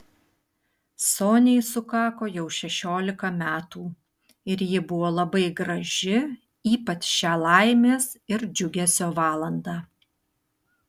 soniai sukako jau šešiolika metų ir ji buvo labai graži ypač šią laimės ir džiugesio valandą